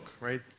right